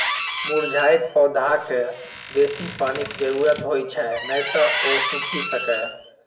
मुरझाइत पौधाकें बेसी पानिक जरूरत होइ छै, नै तं ओ सूखि सकैए